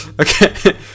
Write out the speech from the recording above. Okay